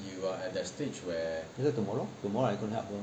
is it tomorrow I'm going to help her